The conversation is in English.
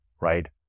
right